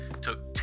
took